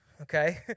okay